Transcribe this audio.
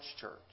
church